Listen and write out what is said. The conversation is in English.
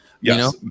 Yes